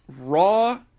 Raw